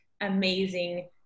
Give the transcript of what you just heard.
amazing